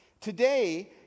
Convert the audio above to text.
Today